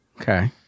Okay